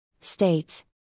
states